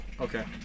Okay